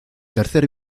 tercer